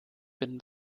bin